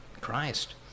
Christ